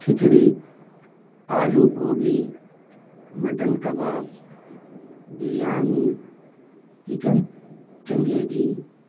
کھچڑی آلو گوبھی مٹن کباب بریانی چکن چنگیزی